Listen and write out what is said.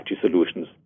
solutions